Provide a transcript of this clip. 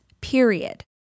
period